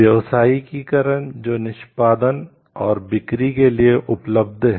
व्यावसायीकरण जो निष्पादन और बिक्री के लिए उपलब्ध है